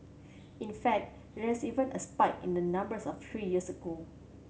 in fact there's even a spike in the numbers of three years ago